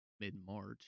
mid-March